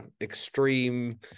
extreme